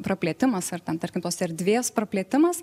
praplėtimas ar ten tarkim tos erdvės praplėtimas